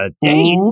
date